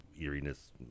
eeriness